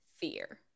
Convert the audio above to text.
fear